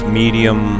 medium